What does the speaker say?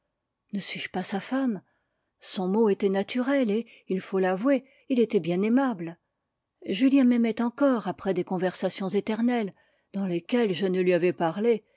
ne suis-je pas sa femme son mot était naturel et il faut l'avouer il était bien aimable julien m'aimait encore après des conversations éternelles dans lesquelles je ne lui avais parlé